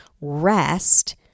rest